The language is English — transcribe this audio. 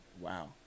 wow